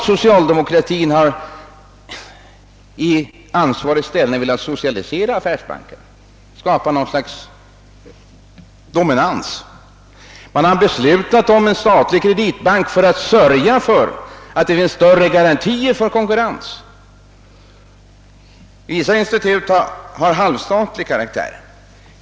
Socialdemokratin har inte i ansvarig ställning velat socialisera affärsbankerna och skapa något slags statlig dominans. Man har belutat om en statlig kreditbank för att sörja för större garantier för konkurrens. Vissa institut har halvstatlig karaktär.